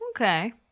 Okay